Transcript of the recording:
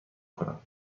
کنم